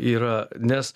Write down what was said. yra nes